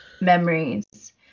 memories